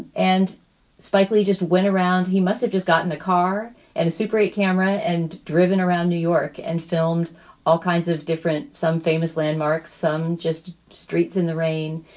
and spike lee just went around. he must have just gotten a car at a super eight camera and driven around new york and filmed all kinds of different some famous landmarks, some just streets in the rain.